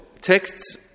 texts